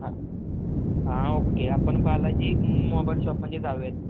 हां हां ओके आपण बालाजी मोबाईल शॉपमध्ये जाऊयात